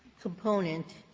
component